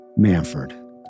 Manford